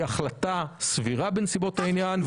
היא החלטה סבירה בנסיבות העניין.